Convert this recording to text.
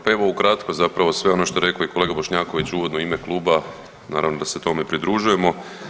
Pa evo ukratko zapravo sve ono što je rekao i kolega Bošnjaković uvodno u ime kluba naravno da se tome pridružujemo.